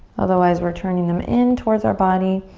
otherwise we're turning them in towards our body.